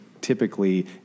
typically